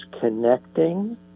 connecting